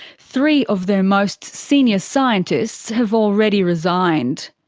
three of their most senior scientists have already resigned.